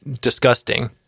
disgusting